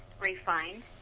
refined